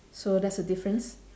so that's the difference